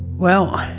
well,